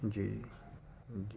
جی جی جی